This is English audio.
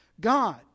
God